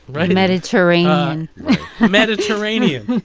right? mediterranean mediterranean.